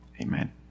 Amen